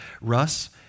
Russ